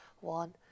one